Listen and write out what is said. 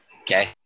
Okay